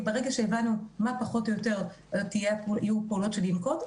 ברגע שהבנו מה פחות או יותר יהיו הפעולות שננקוט,